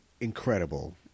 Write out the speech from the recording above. incredible